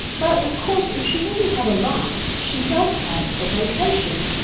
but of course if she doesn't have a life, she does have a vocation,